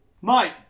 Mike